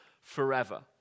forever